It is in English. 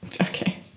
okay